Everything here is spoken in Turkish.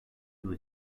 yıl